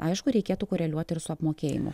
aišku reikėtų koreliuot ir su apmokėjimu